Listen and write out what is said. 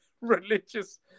religious